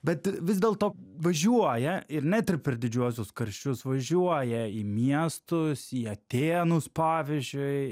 bet vis dėlto važiuoja ir net ir per didžiuosius karščius važiuoja į miestus į atėnus pavyzdžiui